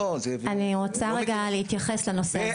אני רוצה רגע להתייחס לנושא הזה.